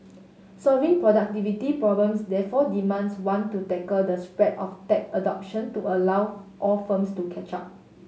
solving productivity problems therefore demands one to tackle the spread of tech adoption to allow all firms to catch up